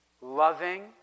loving